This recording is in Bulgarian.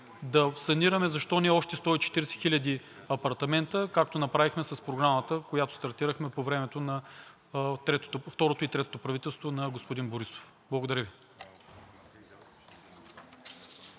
да санираме защо не още 140 хиляди апартамента, както направихме с Програмата, която стартирахме по време на второто и третото правителство на господин Борисов. Благодаря Ви.